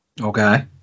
Okay